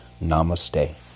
Namaste